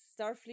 Starfleet